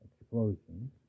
explosions